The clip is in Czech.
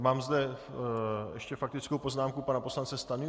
Mám zde ještě faktickou poznámku pana poslance Stanjury?